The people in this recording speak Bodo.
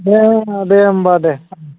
दे दे होमबा दे